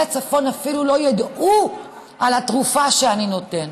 הצפון אפילו לא ידעו על התרופה שאני נותן.